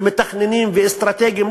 ומתכננים ואסטרטגים,